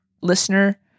listener